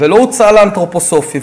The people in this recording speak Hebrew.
ולא הוצעה לאנתרופוסופי,